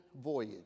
voyage